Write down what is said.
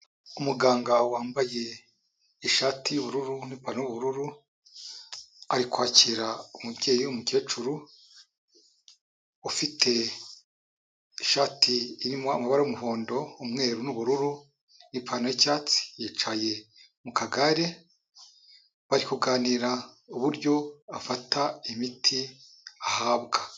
Umuganga wambaye ishati y'ubururu n'ipantaro y'ubururu, ari kwakira umubyeyi w'umukecuru ufite ishati irimo amabara y'umuhondo, umweru n'ubururu, n'ipantaro y'icyatsi yicaye mu kagare, bari kuganira uburyo afata imiti ahabwa.